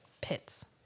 pits